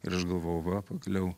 ir aš galvojau va pagaliau